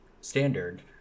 standard